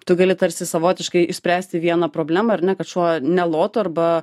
tu gali tarsi savotiškai išspręsti vieną problemą ar ne kad šuo nelotų arba